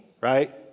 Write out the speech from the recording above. right